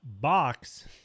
box